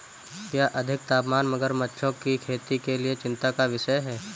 क्या अधिक तापमान मगरमच्छों की खेती के लिए चिंता का विषय है?